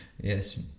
Yes